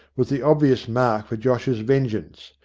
was the obvious mark for josh's vengeance.